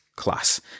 class